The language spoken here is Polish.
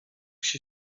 się